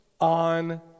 on